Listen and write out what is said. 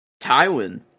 Tywin